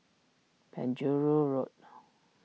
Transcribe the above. Penjuru Road